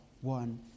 one